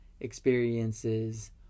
experiences